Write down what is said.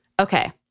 Okay